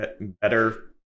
better